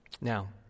Now